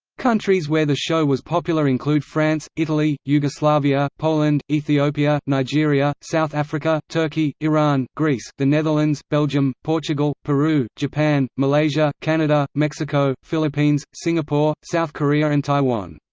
countries where the show was popular include france, italy, yugoslavia, poland, ethiopia, nigeria, south africa, turkey, iran, greece, the netherlands, belgium, portugal, peru, japan, malaysia, canada, mexico, philippines, singapore, south korea and taiwan.